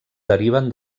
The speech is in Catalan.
deriven